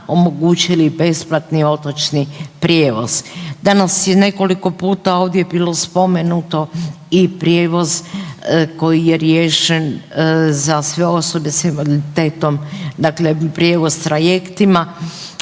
omogućili besplatni otočni prijevoz. Danas je nekoliko puta ovdje bilo spomenuto i prijevoz koji je riješen za sve osobe s invaliditetom, dakle prijevoz trajektima,